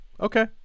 Okay